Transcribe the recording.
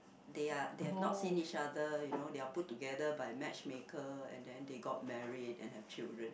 they are they have not seen each other you know they are put together by match maker and then they got married and have children